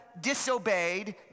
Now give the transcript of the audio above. disobeyed